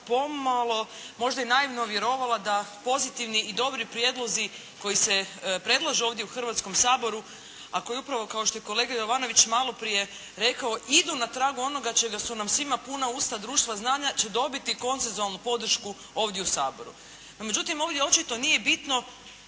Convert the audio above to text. pomalo možda i naivno vjerovala da pozitivni i dobri prijedlozi koji se predlažu ovdje u Hrvatskom saboru, a koji upravo kao što je i kolega Jovanović malo prije rekao, idu na traju onoga čeg su nam svima puna usta, društva znanja će dobiti koncenzualnu podršku ovdje u Saboru. No međutim ovdje očito nije bitno